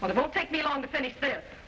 will take me long to finish it